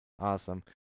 Awesome